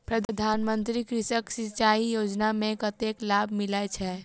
प्रधान मंत्री कृषि सिंचाई योजना मे कतेक लाभ मिलय छै?